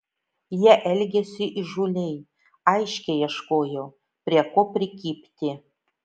jie elgėsi įžūliai aiškiai ieškojo prie ko prikibti